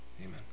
Amen